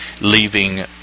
leaving